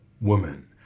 woman